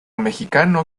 mexicano